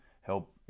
help